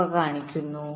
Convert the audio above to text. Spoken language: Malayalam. എന്നിവ കാണിക്കുന്നു